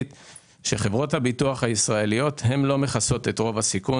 חברות הביטוח הישראליות לא מכסות את רוב הסיכון,